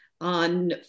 on